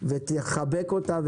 תחבק אותה,